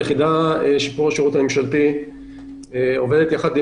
היחידה לשיפור השירות הממשלתי עובדת ביחד עם